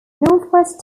northwest